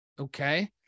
okay